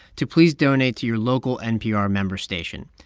to please donate to your local npr member station.